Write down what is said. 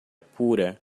pura